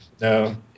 No